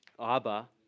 Abba